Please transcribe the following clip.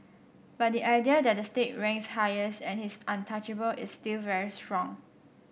but the idea that the state ranks highest and his untouchable is still very strong